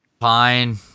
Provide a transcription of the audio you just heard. fine